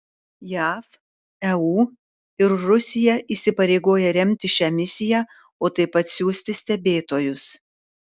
jav eu ir rusija įsipareigoja remti šią misiją o taip pat siųsti stebėtojus